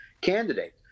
candidate